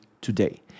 today